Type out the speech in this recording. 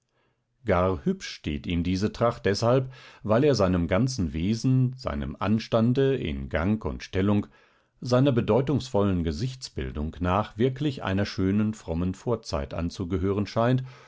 gar hübsch steht ihm diese tracht deshalb weil er seinem ganzen wesen seinem anstande in gang und stellung seiner bedeutungsvollen gesichtsbildung nach wirklich einer schönen frommen vorzeit anzugehören scheint